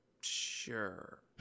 Sure